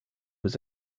was